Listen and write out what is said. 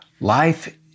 Life